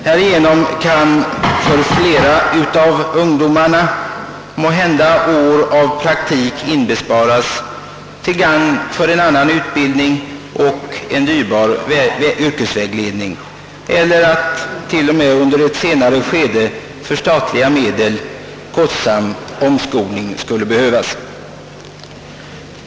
Härigenom kan måhända år av praktik inbesparas för många ungdomar till gagn för annan utbildning och dyrbar yrkesvägledning, eller också kan under ett senare skede för staten kostsam omskolning undvikas.